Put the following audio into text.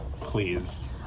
please